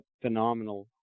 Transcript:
phenomenal